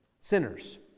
sinners